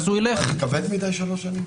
אז הוא ילך --- זה כבד מידי שלוש שנים?